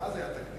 ואז היה תקדים.